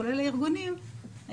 כולל הארגונים,